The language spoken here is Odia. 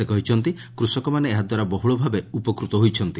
ସେ କହିଛନ୍ତି କୃଷକମାନେ ଏହାଦ୍ୱାରା ବହୁଳଭାବେ ଉପକୃତ ହୋଇଛନ୍ତି